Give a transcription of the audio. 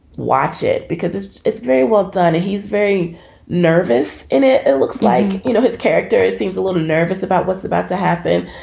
watch it, because it's is very well done. he's very nervous in it. it looks like, you know, his character. it seems a little nervous about what's about to happen,